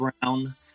Brown